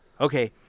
okay